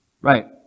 Right